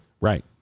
Right